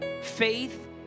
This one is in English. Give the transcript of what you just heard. Faith